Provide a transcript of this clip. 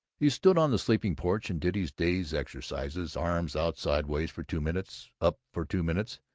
he stood on the sleeping-porch and did his day's exercises arms out sidewise for two minutes, up for two minutes,